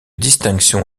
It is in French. distinction